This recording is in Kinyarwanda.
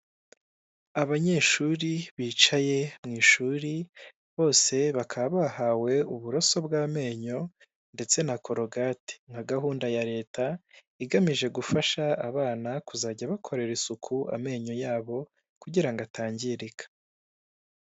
Abanyeshuri bicaye mu ishuri bose bakaba bahawe uburoso bw'amenyo ndetse na korogati nka gahunda ya leta igamije gufasha abana kuzajya bakorera isuku amenyo yabo kugira ngo atangirika.